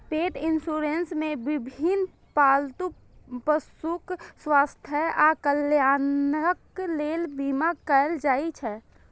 पेट इंश्योरेंस मे विभिन्न पालतू पशुक स्वास्थ्य आ कल्याणक लेल बीमा कैल जाइ छै